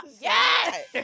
Yes